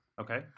Okay